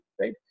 right